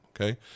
okay